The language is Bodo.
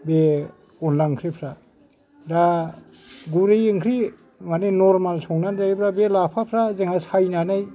बे अनला ओंख्रिफ्रा दा गुरै ओंख्रि मानि नरमाल संनानै जायोब्ला बे लाफाफ्रा जोंहा सायनानै